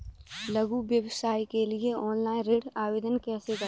लघु व्यवसाय के लिए ऑनलाइन ऋण आवेदन कैसे करें?